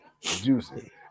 Juicy